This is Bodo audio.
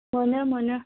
मोनो मोनो